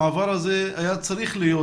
המעבר הזה היה צריך להיות,